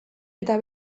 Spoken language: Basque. eta